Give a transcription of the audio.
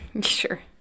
Sure